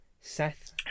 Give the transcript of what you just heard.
Seth